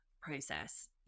process